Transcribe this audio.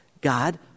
God